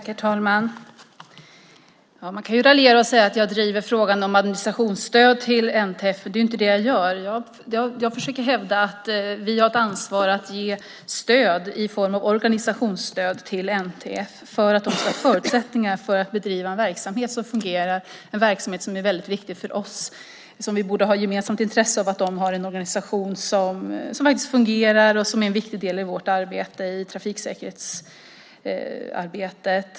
Herr talman! Man kan ju raljera och säga att jag driver frågan om administrationsstöd till NTF, men det är inte det jag gör. Jag försöker hävda att vi har ett ansvar för att ge stöd i form av organisationsstöd till NTF för att de ska ha förutsättningar för att bedriva en verksamhet som fungerar, en verksamhet som är väldigt viktig för oss. Vi borde ha ett gemensamt intresse av att NTF har en organisation som faktiskt fungerar och som är en viktig del i vårt trafiksäkerhetsarbete.